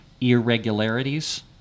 irregularities